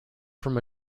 from